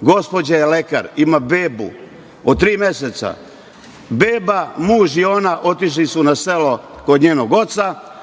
gospođa je lekar, ima bebu od tri meseca, beba, muž i ona otišli su na selo kod njenog oca,